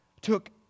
took